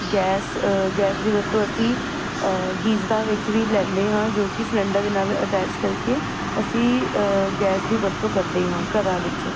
gas gas ਦੀ ਵਰਤੋਂ ਅਸੀਂ ਗੀਜ਼ਰਾਂ ਵਿੱਚ ਵੀ ਲੈਂਦੇ ਹਾਂ ਜੋ ਕਿ ਸਿਲੰਡਰ ਦੇ ਨਾਲ ਅਟੈਚ ਕਰਕੇ ਅਸੀਂ ਗੈਸ ਦੀ ਵਰਤੋਂ ਕਰਦੇ ਹਾਂ ਘਰਾਂ ਵਿੱਚ